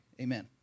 amen